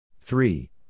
Three